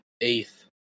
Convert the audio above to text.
eighth